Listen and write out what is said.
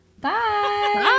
Bye